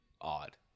odd